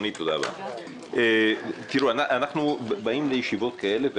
אנחנו באים לישיבות כאלה,